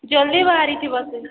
ଜଲ୍ଦି ବାହାରିଥିବ ସେ